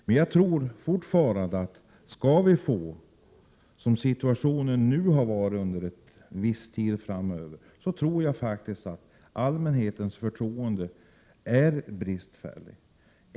Men jag tror fortfarande att allmänhetens förtroende för polisen sedan en tid tillbaka är bristfälligt.